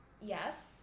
yes